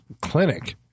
clinic